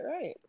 right